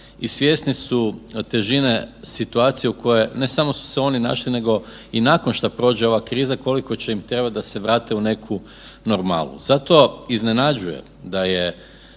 i svjesni su težine situacije u kojoj je, ne samo su se oni našli nego i nakon šta prođe ova kriza koliko će im trebat da se vrate u neku normalu. Zato iznenađuje da je